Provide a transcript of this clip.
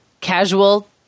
casual